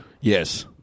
Yes